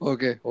Okay